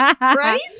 Right